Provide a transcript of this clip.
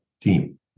team